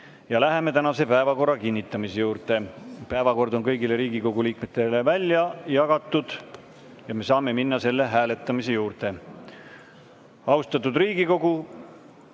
25.Ja läheme tänase päevakorra kinnitamise juurde. Päevakord on kõigile Riigikogu liikmetele välja jagatud ja me saame minna selle hääletuse juurde. Austatud Riigikogu